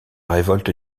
révolte